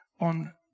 on